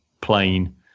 plain